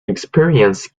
experience